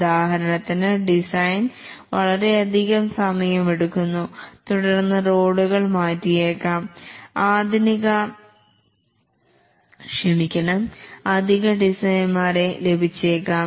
ഉദാഹരണത്തിന് ഡിസൈൻ വളരെയധികം സമയം എടുക്കുന്നു തുടർന്ന് റോളുകൾ മാറ്റിയേക്കാം അധിക ഡിസൈനർമാരെ ലഭിച്ചേക്കാം